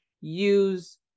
use